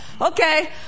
Okay